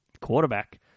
quarterback